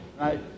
right